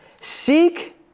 Seek